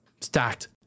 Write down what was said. stacked